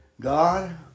God